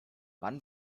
wann